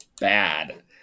Bad